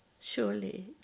surely